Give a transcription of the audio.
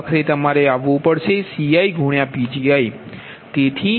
આ રીતે આખરે તમારે આવવું પડશે CiPgi